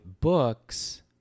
books